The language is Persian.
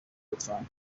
لطفا